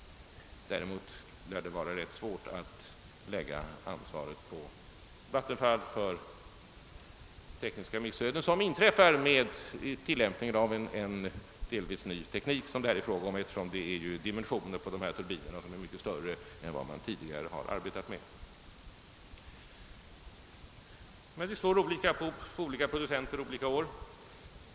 Däremot lär det vara rätt svårt att lägga ansvaret på Vattenfall för sådana tekniska missöden som inträffar i och med tillämpningen av en delvis ny teknik som det här varit fråga om, eftersom dessa turbiners dimension är mycket större än den man tidigare arbetat med. Men det slår olika för olika producenter under olika år.